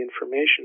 information